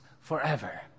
forever